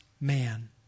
man